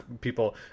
people